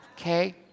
Okay